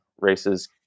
races